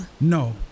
no